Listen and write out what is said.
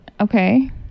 Okay